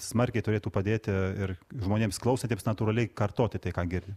smarkiai turėtų padėti ir žmonėms klausiantiems natūraliai kartoti tai ką girdi